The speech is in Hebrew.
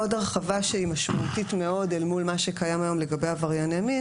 הרחבה נוספת ומשמעותית מאוד אל מול מה שקיים היום לגבי עברייני מין